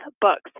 books